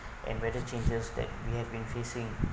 and weather changes that we have been facing